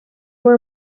were